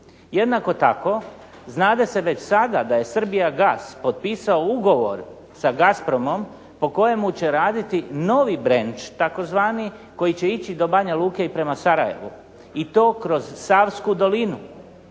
Jednako tako, znade se već sada da je "Srbijagas" potpisao ugovor sa "Gasprom"-om po kojemu će raditi novi brench tzv. koji će ići do Banja Luke i prema Sarajevu i to kroz savsku dolinu.